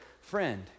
friend